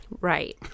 right